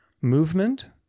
movement